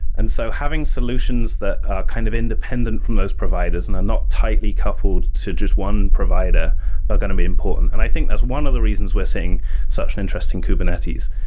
and so having solutions that are kind of independent from those providers and are not tightly coupled to just one provider are going to be important. and i think there's one other reason we're seeing such as interesting kubernetes.